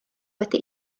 wedi